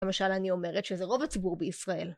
למשל אני אומרת שזה רוב הציבור בישראל.